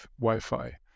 Wi-Fi